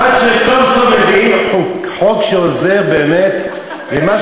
עד שסוף-סוף מביאים חוק שעוזר באמת במה